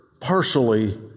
partially